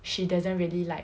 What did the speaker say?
she doesn't really like